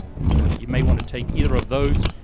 so you may want to take either of those.